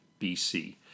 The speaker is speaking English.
BC